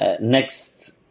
next